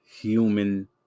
human